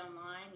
online